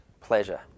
pleasure